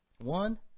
One